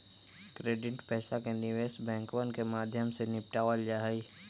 credit पैसा के निवेश बैंकवन के माध्यम से निपटावल जाहई